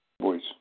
voice